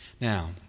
Now